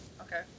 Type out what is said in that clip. Okay